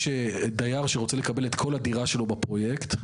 דייר שרוצה לקבל את כל הדירה שלו בפרויקט,